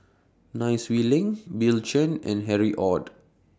Nai Swee Leng Bill Chen and Harry ORD